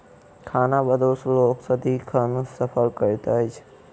खानाबदोश लोक सदिखन सफर करैत अछि